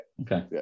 Okay